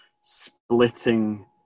splitting